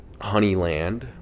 Honeyland